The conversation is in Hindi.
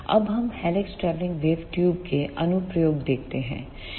अब हम हेलिक्स ट्रैवलिंग वेव ट्यूब के अनुप्रयोग देखते हैं